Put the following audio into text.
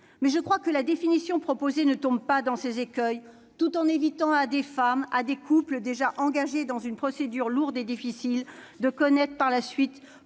Mais je crois que la définition proposée ne nous conduit pas vers de tels écueils, tout en évitant à des femmes, à des couples déjà engagés dans une procédure lourde et difficile de connaître plus de